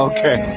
Okay